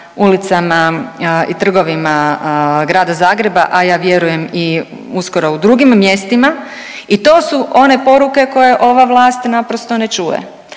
ulicama i trgovima Grada Zagreba, a ja vjerujem uskoro i drugim mjestima. I to su one poruke koje ova vlast naprosto ne čuje.